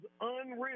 unreal